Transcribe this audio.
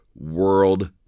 world